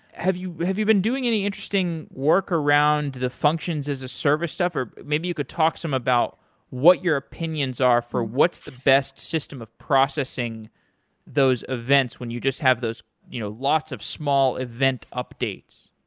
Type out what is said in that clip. have you have you been doing any interesting work around the functions as a service stuff, or maybe you could talk some about what your opinions are for what's the best system of processing those events when you just have those you know lots of small event updates?